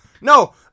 No